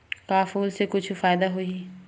का फूल से कुछु फ़ायदा होही?